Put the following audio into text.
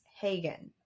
Hagen